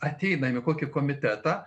ateinam į kokį komitetą